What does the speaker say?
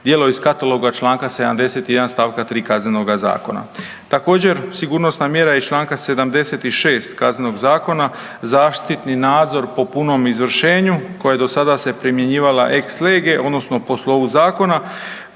djelo iz kataloga čl. 71. st. 3. KZ-a. Također sigurnosna mjera iz čl. 76. KZ-a, zaštitni nadzor po punom izvršenju koje se do sada primjenjivala ex lege odnosno po slovu zakona